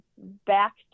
back